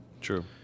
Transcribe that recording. True